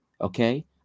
Okay